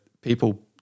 people